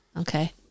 Okay